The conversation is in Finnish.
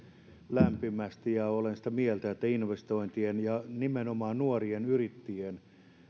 lämpimästi ja olen sitä mieltä että investointeja ja nimenomaan nuorien yrittäjien